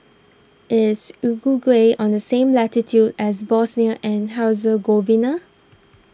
is Uruguay on the same latitude as Bosnia and Herzegovina